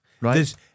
Right